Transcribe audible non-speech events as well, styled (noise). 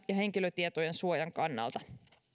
(unintelligible) ja henkilötietojen suojan kannalta